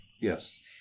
Yes